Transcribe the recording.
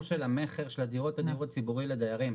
של מכר של הדירות בדיור הציבורי לדיירים.